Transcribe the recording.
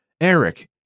Eric